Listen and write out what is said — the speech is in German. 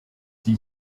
die